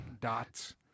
dots